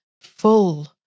full